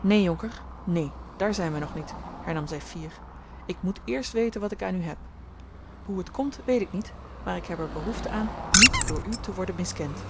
neen jonker neen daar zijn wij nog niet hernam zij fier ik moet eerst weten wat ik aan u heb hoe het komt weet ik niet maar ik heb er behoefte aan niet door u te worden miskend